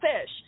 fish